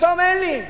פתאום: אין לי,